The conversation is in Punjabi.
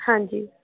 ਹਾਂਜੀ